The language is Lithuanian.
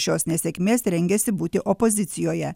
šios nesėkmės rengiasi būti opozicijoje